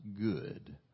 good